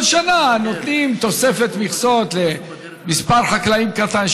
כל שנה נותנים תוספת מכסות למספר חקלאים קטן,